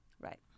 Right